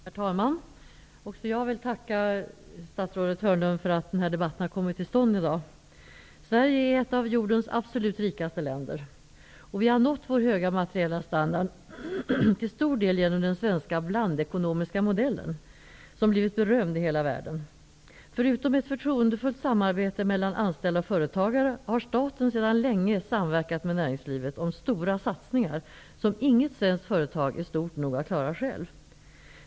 Herr talman! Också jag vill tacka statsrådet Hörnlund för att denna debatt har kommit till stånd i dag. Sverige är ett av jordens absolut rikaste länder. Vi har nått vår höga materiella standard till stor del genom den svenska blandekonomiska modellen, som blivit berömd i hela världen. Förutom ett förtroendefullt samarbete mellan anställda och företagare har staten sedan länge samverkat med näringslivet om stora satsningar, som inget svenskt företag är stort nog att klara själv.